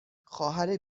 خواهر